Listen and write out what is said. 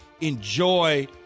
enjoy